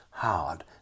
hard